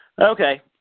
Okay